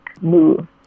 move